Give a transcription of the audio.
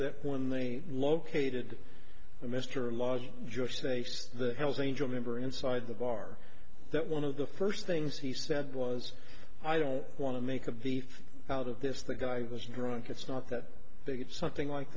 that when they located mr laws george safes the hell's angel member inside the bar that one of the first things he said was i don't want to make a beef out of this the guy was drunk it's not that big it's something like